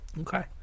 Okay